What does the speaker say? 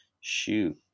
Shoot